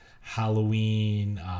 Halloween